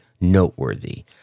noteworthy